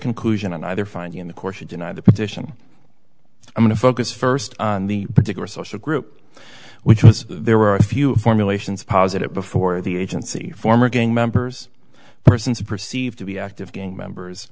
conclusion on either finding the course or deny the petition i want to focus first on the particular social group which was there were a few formulations positive before the agency former gang members persons are perceived to be active gang members